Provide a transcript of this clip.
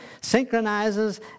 synchronizes